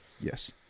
Yes